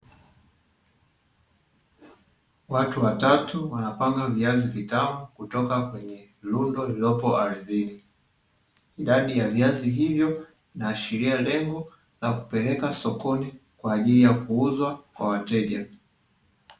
Watu watatu wanapanga viazi vitamu kutoka kwenye rundo lililopo ardhini, ndani ya viazi hivyo inaashiria lengo la kupeleka sokoni kwaajili ya kuuzwa kwa wateja.